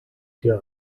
hier